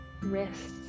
Wrists